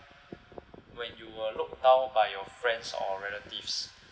when you were looked down by your friends or relatives